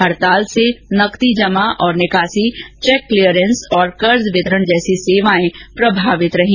हड़ताल से नकदी जमा और निकासी चैक क्लीरेंस और कर्ज वितरण जैसी संवाए प्रभावित रहीं